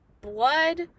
blood